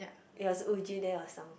yea so Woo-Jin then it was